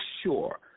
sure